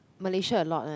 Malaysia a Lot One